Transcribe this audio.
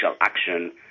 action